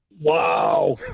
Wow